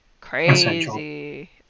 crazy